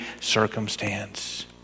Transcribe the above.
circumstance